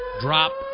drop